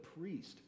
priest